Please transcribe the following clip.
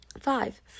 Five